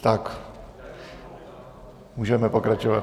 Tak můžeme pokračovat.